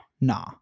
Nah